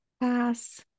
pass